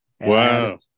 Wow